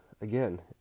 again